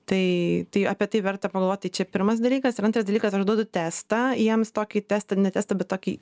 tai apie tai verta pagalvot tai čia pirmas dalykas ir antras dalykas aš duodu testą jiems tokį testą ne testą bet tokį